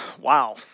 Wow